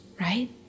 right